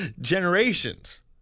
generations